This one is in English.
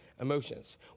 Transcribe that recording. emotions